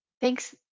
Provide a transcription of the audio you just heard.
Thanks